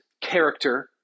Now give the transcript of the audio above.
character